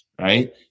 right